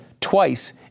twice